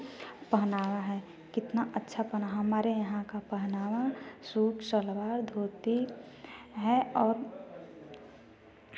पहनावा है कितना अच्छा पहना हमारे यहाँ का पहनावा सूट सलवार धोती है और